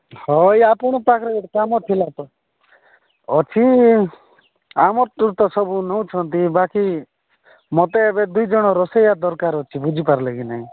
ହଇ ଆପଣ ପାଖରେ କାମ ଥିଲା ତ ଅଛି ଆମଠୁ ତ ସବୁ ନେଉଛନ୍ତି ବାକି ମତେ ଏବେ ଦୁଇଜଣ ରୋଷେଇୟା ଦରକାର ଅଛି ବୁଝିପାରିଲେ କି ନାହିଁ